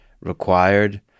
required